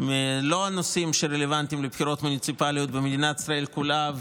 לא הנושאים שרלוונטיים לבחירות מוניציפליות במדינת ישראל כולה,